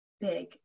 big